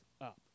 up